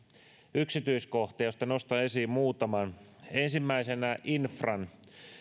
yksityiskohtia joista nostan esiin muutaman ensimmäisenä infran